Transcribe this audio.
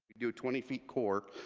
do a twenty feet core,